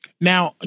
Now